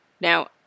Now